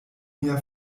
mia